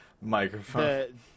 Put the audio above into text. microphone